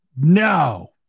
No